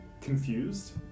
confused